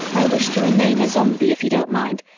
i wish to remain a zombie, if you don't mind.